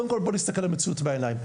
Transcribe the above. קודם כל, בואו נסתכל למציאות בעיניים.